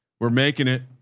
we're making it,